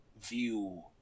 view